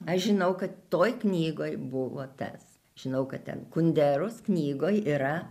aš žinau kad toj knygoj buvo tas žinau kad ten kunderos knygoj yra